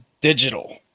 digital